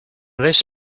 this